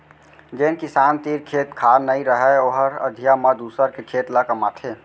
जेन किसान तीर खेत खार नइ रहय ओहर अधिया म दूसर के खेत ल कमाथे